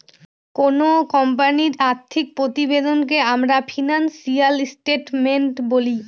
কোনো কোম্পানির আর্থিক প্রতিবেদনকে আমরা ফিনান্সিয়াল স্টেটমেন্ট বলি